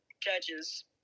judges